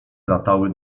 latały